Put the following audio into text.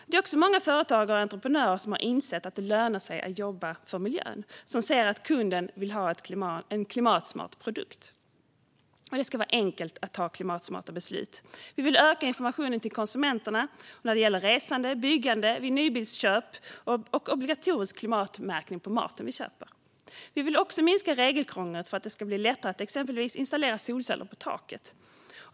Det är också många företagare och entreprenörer som har insett att det lönar sig att jobba för miljön, som ser att kunden vill ha en klimatsmart produkt. Det ska vara enkelt att fatta klimatsmarta beslut. Vi vill öka informationen till konsumenterna när det gäller resande, byggande, vid nybilsköp och genom obligatorisk klimatmärkning på maten vi köper. Vi vill också minska regelkrånglet för att det ska bli lättare att exempelvis installera solceller på taket.